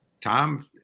Tom